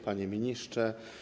Panie Ministrze!